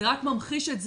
זה רק ממחיש את זה,